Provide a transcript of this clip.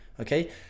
okay